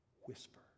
whisper